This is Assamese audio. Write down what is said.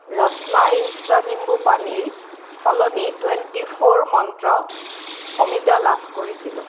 ৰচ্না ইনষ্টা নিম্বুপানীৰ সলনি টুৱেণ্টি ফ'ৰ মন্ত্ৰ অমিতা লাভ কৰিছিলোঁ